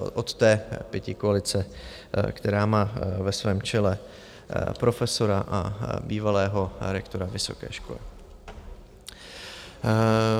Od té pětikoalice, která má ve svém čele profesora a bývalého rektora vysoké školy.